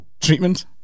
treatment